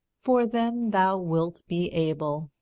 for then thou wilt be able,